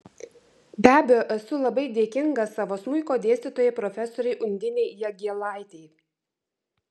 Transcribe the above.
be abejo esu labai dėkinga savo smuiko dėstytojai profesorei undinei jagėlaitei